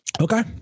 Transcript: okay